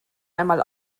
einmal